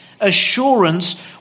assurance